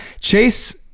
chase